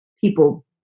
people